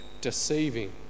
deceiving